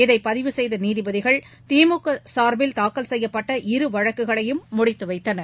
இதை பதிவு செய்த நீதிபதிகள் திமுக சார்பில் தாக்கல் செய்யப்பட்ட இரு வழக்குகளையும் முடித்து வைத்தனர்